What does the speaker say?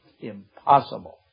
impossible